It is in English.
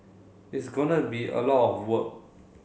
it's gonna be a lot of work